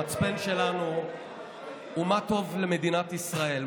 המצפן שלנו הוא מה טוב למדינת ישראל,